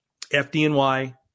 FDNY